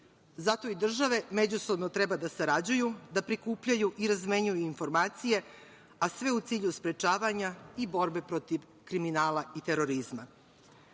Zato i države međusobno treba da sarađuju, da prikupljaju i razmenjuju informacije, a sve u cilju sprečavanja i borbe protiv kriminala i terorizma. Pored